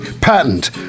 patent